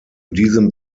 diesem